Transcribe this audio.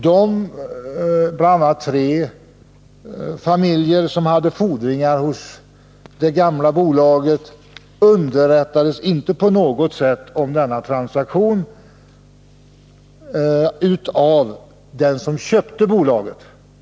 De — bl.a. tre familjer — som hade fordringar hos det gamla bolaget underrättades inte på något sätt om denna transaktion av den som köpte bolaget.